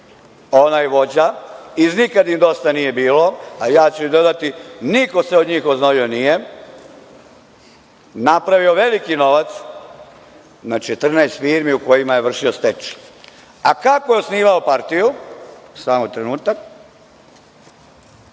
onaj vođa iz nikad im dosta nije bilo, a ja ću dodati – niko se od njih oznojio nije, napravio veliki novac na 14 firmi u kojima je vršio stečaj. Kako je osnivao partiju, samo trenutak,